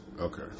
Okay